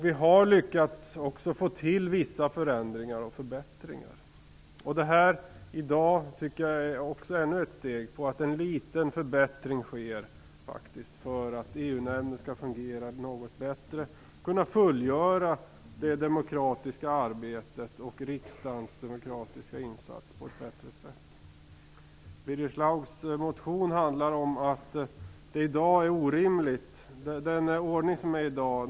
Vi har också lyckats få till vissa förändringar och förbättringar. Det som diskuteras i dag tycker jag är ännu ett steg mot att EU-nämnden skall fungera något bättre och kunna fullgöra det demokratiska arbetet och riksdagens demokratiska insats på ett bättre sätt. Birger Schlaugs motion handlar om att den ordning som är i dag är orimlig.